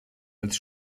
als